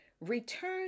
return